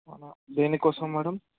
దేని కోసం మ్యాడమ్